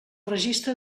registre